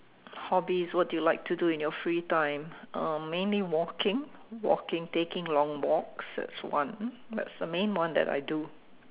hobbies what do you like to do in your free time um mainly walking walking taking long walks that's one that's the main one that I do